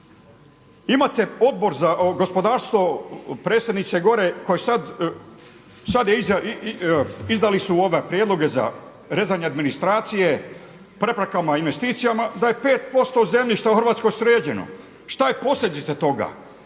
Imate Odbor za gospodarstvo predsjedniče gore koje izdali prijedloge za rezanje administracije preprekama investicijama da je 5% zemljišta u Hrvatskoj sređeno. Šta je posljedica toga?